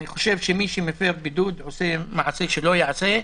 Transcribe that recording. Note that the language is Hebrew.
אני חושב שמי שמפר בידוד עושה מעשה שלא ייעשה.